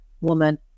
woman